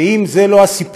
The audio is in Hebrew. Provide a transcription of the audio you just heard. ואם לא זה הסיפור,